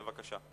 בבקשה.